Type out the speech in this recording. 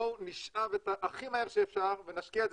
בואו נשאב הכי מהר שאפשר ונשקיע את זה